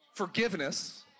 forgiveness